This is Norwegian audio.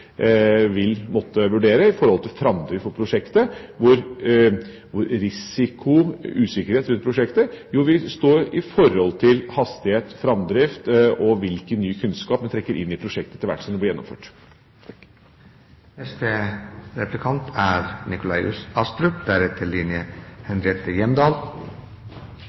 måtte foreta i forhold til framdrift for prosjektet. Risiko og usikkerhet rundt prosjektet vil stå i forhold til hastighet, framdrift og hvilken ny kunnskap man trekker inn i prosjektet etter hvert som det blir gjennomført. CCS er et viktig tema – det er